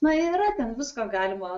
na yra ten visko galima